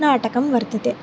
नाटकं वर्तते